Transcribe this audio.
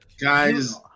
guys